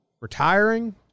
retiring